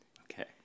okay